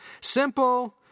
simple